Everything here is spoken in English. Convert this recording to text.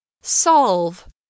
Solve